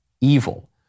evil